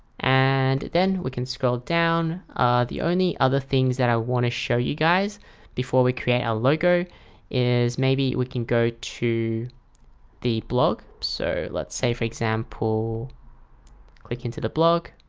and then we can scroll down the only other things that i want to show you guys before we create our logo is maybe we can go to the blog so let's say for example click into the blog